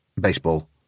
Baseball